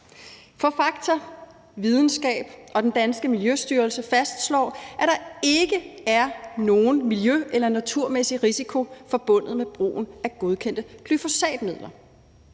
For fakta, videnskab og den danske Miljøstyrelse fastslår, at der ikke er nogen miljø- eller naturmæssig risiko forbundet med brugen af godkendte glyfosatmidler,